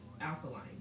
alkaline